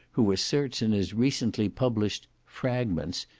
who asserts in his recently published fragments,